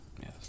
Yes